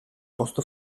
posto